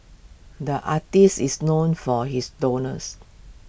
the artist is known for his doodles